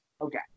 Okay